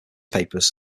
papers